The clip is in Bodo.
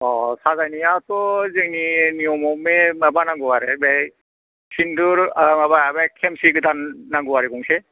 साजायनायाथ' जोंनि नियमाव बे माबानांगौ आरो बै सिन्दुर माबा खेमसि गोदान नांगौ आरो गंसे